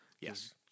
Yes